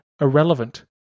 irrelevant